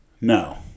No